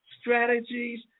strategies